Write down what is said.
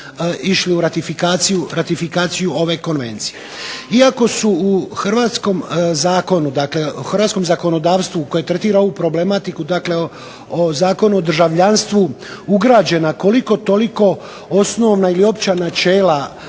išli u ratifikaciju ove Konvencije. Iako su u hrvatskom zakonu, dakle u hrvatskom zakonodavstvu koje tretira ovu problematiku dakle o Zakonu o državljanstvu ugrađena koliko toliko osnovna ili opća načela